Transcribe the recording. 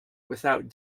without